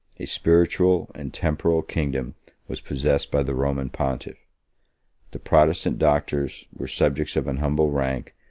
a spiritual and temporal kingdom was possessed by the roman pontiff the protestant doctors were subjects of an humble rank,